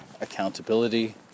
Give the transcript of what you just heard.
Accountability